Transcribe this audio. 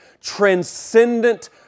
transcendent